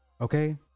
Okay